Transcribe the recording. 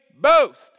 boast